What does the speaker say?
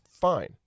fine